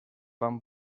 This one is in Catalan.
van